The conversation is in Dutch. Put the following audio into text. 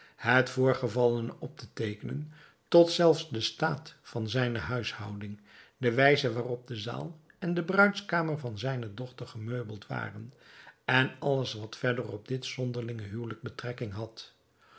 het voorgevallene op te teekenen tot zelfs de staat van zijne huishouding de wijze waarop de zaal en de bruidskamer van zijne dochter gemeubeld waren en alles wat verder op dit zonderlinge huwelijk betrekking had